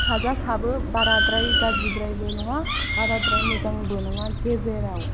थाजासाबो बाराद्राय गाज्रिद्रायबो नङा बाराद्राय मोजांबो नङा गेजेराव